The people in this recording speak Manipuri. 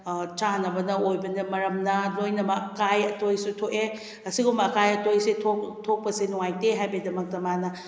ꯆꯥꯅꯕ ꯑꯣꯏꯕ ꯃꯔꯝꯅ ꯂꯣꯏꯅꯃꯛ ꯑꯀꯥꯏ ꯑꯇꯣꯏꯁꯨ ꯊꯣꯛꯑꯦ ꯑꯁꯤꯒꯨꯝꯕ ꯑꯀꯥꯏ ꯑꯇꯣꯏꯁꯦ ꯊꯣꯛ ꯊꯣꯛꯄꯁꯦ ꯅꯨꯉꯥꯏꯇꯦ ꯍꯥꯏꯕꯒꯤ ꯗꯃꯛꯇ ꯃꯥꯅ